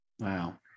Wow